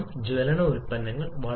345 kJ kgK ആയി മാറുന്നു